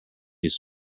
smoke